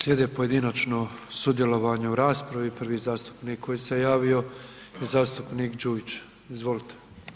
Slijedeće pojedinačno sudjelovanje u raspravi, prvi zastupnik koji se javio je zastupnik Đujić, izvolite.